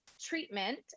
treatment